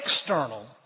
external